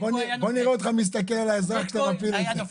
בוא נראה אותך מסתכל על האזרח כשאתה מפיל את זה.